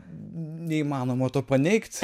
neįmanoma to paneigti